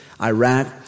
Iraq